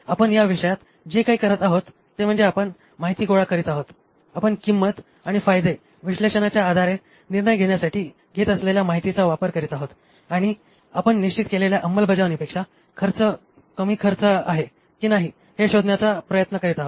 आपण या विषयात जे काही करत आहोत ते म्हणजे आपण माहिती गोळा करीत आहोत आपण किंमत आणि फायदे विश्लेषणाच्या आधारे निर्णय घेण्यासाठी घेत असलेल्या माहितीचा वापर करीत आहोत आणि आपण निश्चित केलेल्या अंमलबजावणीपेक्षा कमी खर्च कमी आहे की नाही हे शोधण्याचा प्रयत्न करीत आहोत